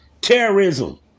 terrorism